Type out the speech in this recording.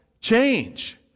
change